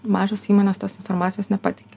mažos įmonės tos informacijos nepateikė